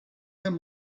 them